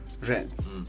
rents